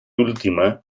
última